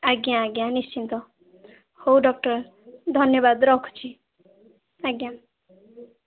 ଆଜ୍ଞା ଆଜ୍ଞା ନିଶ୍ଚିତ ହଉ ଡ଼କ୍ଟର୍ ଧନ୍ୟବାଦ୍ ରଖୁଛି ଆଜ୍ଞା